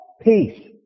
Peace